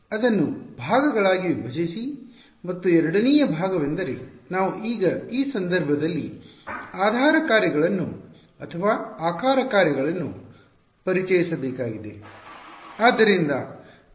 ಅದನ್ನು ಭಾಗಗಳಾಗಿ ವಿಭಜಿಸಿ ಮತ್ತು ಎರಡನೆಯ ಭಾಗವೆಂದರೆ ನಾವು ಈಗ ಈ ಸಂದರ್ಭದಲ್ಲಿ ಆಧಾರ ಕಾರ್ಯಗಳನ್ನು ಅಥವಾ ಆಕಾರ ಕಾರ್ಯಗಳನ್ನು ಪರಿಚಯಿಸಬೇಕಾಗಿದೆ